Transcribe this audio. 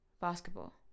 Basketball